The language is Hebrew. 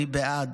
אני בעד.